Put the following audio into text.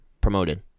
promoted